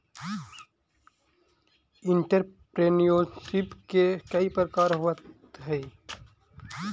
entrepreneurship के कई प्रकार होवऽ हई